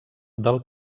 del